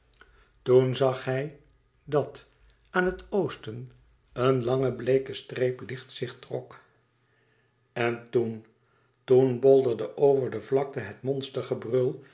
toen zag hij dat aan het oosten een lange bleeke streep licht zich trok en toen toen bolderde over de vlakte het